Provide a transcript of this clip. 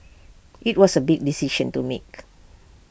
IT was A big decision to make